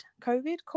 COVID